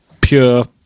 pure